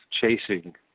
chasing